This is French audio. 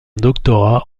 doctorat